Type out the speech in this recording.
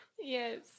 Yes